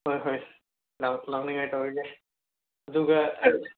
ꯍꯣꯏ ꯍꯣꯏ ꯂꯥꯛꯅꯤꯡꯉꯥꯏ ꯇꯧꯔꯒꯦ ꯑꯗꯨꯒ